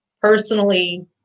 personally